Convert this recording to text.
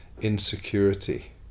insecurity